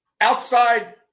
outside